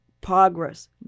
progress